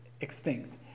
extinct